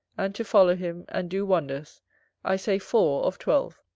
and to follow him, and do wonders i say four of twelve.